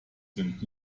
sind